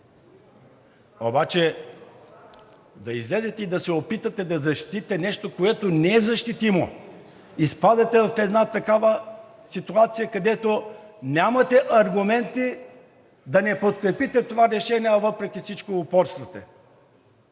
Обаче да излезете и да се опитате да защитите нещо, което не е защитимо, изпадате в една такава ситуация, където нямате аргументи да не подкрепите това решение, а въпреки всичко упорствате